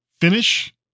finish